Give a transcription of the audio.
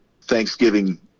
Thanksgiving